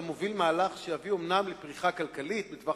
אתה מוביל מהלך שיביא אומנם לפריחה כלכלית בטווח